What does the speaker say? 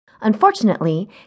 Unfortunately